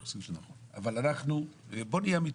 אבל בואו נהיה אמיתיים,